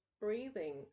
breathing